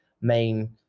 main